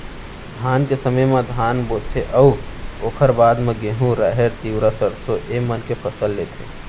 धान के समे म धान बोथें अउ ओकर बाद म गहूँ, राहेर, तिंवरा, सरसों ए मन के फसल लेथें